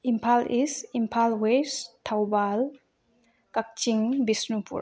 Imphal east Imphal west Thoubal Kakching Bishnupur